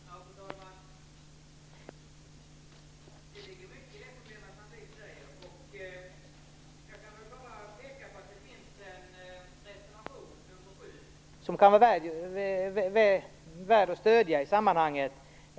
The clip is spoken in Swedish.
Fru talman! Det ligger mycket i det som Lena Sandlin säger. Jag vill bara peka på att det finns en reservation, nr 7, som kan vara värd att stödja i sammanhanget.